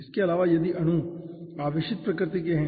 इसके अलावा यदि अणु आवेशित प्रकृति के हैं